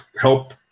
help